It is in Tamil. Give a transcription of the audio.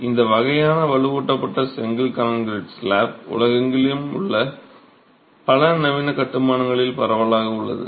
எனவே இந்த வகையான வலுவூட்டப்பட்ட செங்கல் கான்கிரீட் ஸ்லாப் உலகெங்கிலும் உள்ள பல நவீன கட்டுமானங்களில் பரவலாக உள்ளது